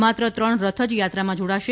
માત્ર ત્રણ રથ જ યાત્રામાં જોડાશે